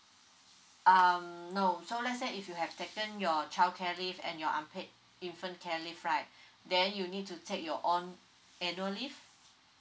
um no so let's say if you have taken your childcare leave and your unpaid infant care leave right then you need to take your own annual leave